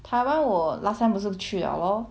taiwan 我 last time 不是去 liao lor